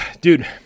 dude